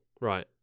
Right